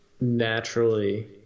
naturally